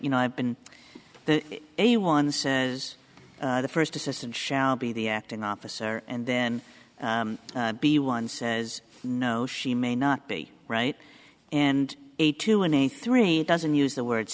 you know i've been a one says the first assistant shall be the acting officer and then be one says no she may not be right and a two and a three doesn't use the word